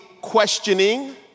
questioning